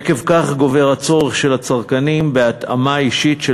עקב כך גובר הצורך של הצרכנים בהתאמה אישית של